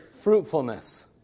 fruitfulness